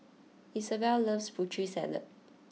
Isabell loves Putri Salad